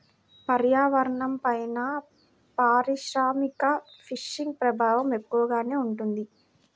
పర్యావరణంపైన పారిశ్రామిక ఫిషింగ్ ప్రభావం ఎక్కువగానే ఉంటుంది